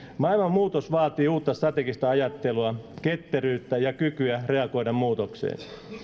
muutos vaatii uutta strategista ajattelua ketteryyttä ja kykyä reagoida muutokseen